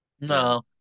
No